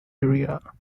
area